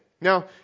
Now